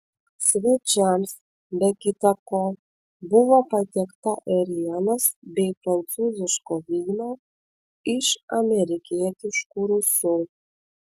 svečiams be kita ko buvo patiekta ėrienos bei prancūziško vyno iš amerikietiškų rūsių